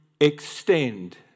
extend